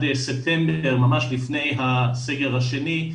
עד ספטמבר, ממש לפני הסגר השני,